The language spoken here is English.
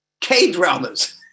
K-dramas